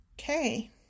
Okay